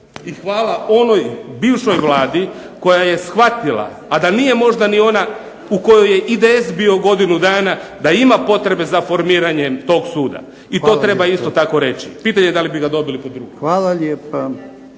I hvala onoj bivšoj Vladi koja je shvatila, a da nije možda ni ona u kojoj je IDS bio godinu dana da ima potrebe za formiranjem tog suda. I to treba isto tako reći. Pitanje da li bi ga dobili .../Govornik